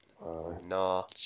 No